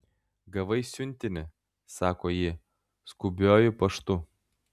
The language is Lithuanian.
gavai siuntinį sako ji skubiuoju paštu